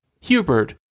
Hubert